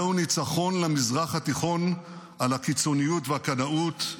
זהו ניצחון למזרח התיכון על הקיצוניות והקנאות,